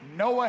Noah